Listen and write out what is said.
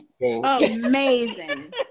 amazing